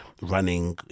Running